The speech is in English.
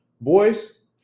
Boys